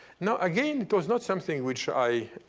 now, again, it was not something which i,